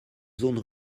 zone